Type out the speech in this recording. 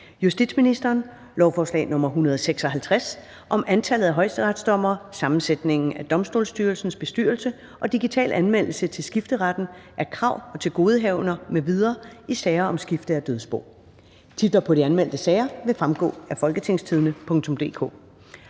om skifte af dødsboer. (Antallet af højesteretsdommere, sammensætningen af Domstolsstyrelsens bestyrelse og digital anmeldelse til skifteretten af krav og tilgodehavender m.v. i sager om skifte af dødsbo)). Titlerne på de anmeldte sager vil fremgå af www.folketingstidende.dk